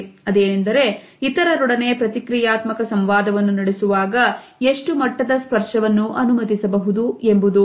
ಅದೇನೆಂದರೆ ಇತರರೊಡನೆ ಪ್ರತಿಕ್ರಿಯಾತ್ಮಕ ಸಂವಾದವನ್ನು ನಡೆಸುವಾಗ ಎಷ್ಟು ಮಟ್ಟದ ಸ್ಪರ್ಶವನ್ನು ಅನುಮತಿಸಬಹುದು ಎಂಬುದು